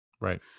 Right